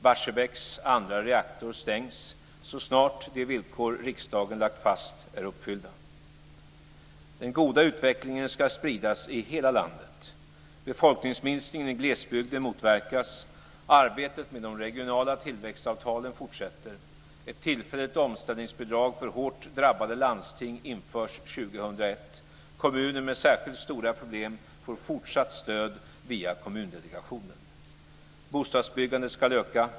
Barsebäcks andra reaktor stängs så snart de villkor som riksdagen lagt fast är uppfyllda. Den goda utvecklingen ska spridas i hela landet. Arbetet med de regionala tillväxtavtalen fortsätter. Ett tillfälligt omställningsbidrag för hårt drabbade landsting införs 2001. Kommuner med särskilt stora problem får fortsatt stöd via Kommundelegationen. Bostadsbyggandet ska öka.